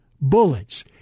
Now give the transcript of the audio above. bullets